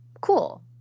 cool